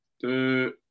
Two